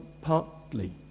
partly